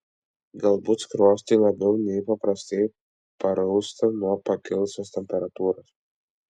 galbūt skruostai labiau nei paprastai parausta nuo pakilusios temperatūros